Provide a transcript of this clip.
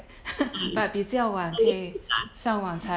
yeah like earlier a bit lah